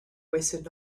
wasted